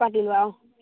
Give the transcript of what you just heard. পাতি লোৱা অঁ